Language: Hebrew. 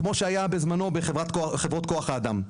כמו שהיה בזמנו בחברות כוח האדם.